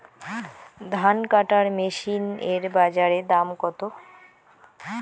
ধান কাটার মেশিন এর বাজারে দাম কতো?